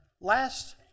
last